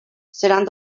seran